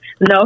No